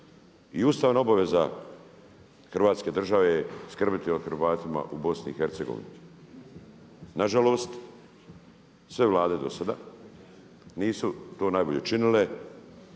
i ustavna obaveza Hrvatske države je skrbiti o Hrvatima u BiH. Na žalost, sve Vlade do sada nisu to najbolje činile.